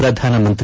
ಪ್ರಧಾನಮಂತ್ರಿ